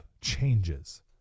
Changes